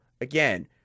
again